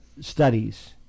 studies